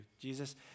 Jesus